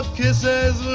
kisses